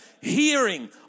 hearing